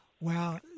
Wow